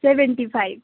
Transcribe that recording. seventy five